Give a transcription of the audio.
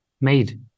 made